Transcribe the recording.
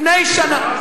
לפני שנה,